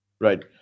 Right